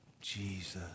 Jesus